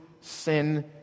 sin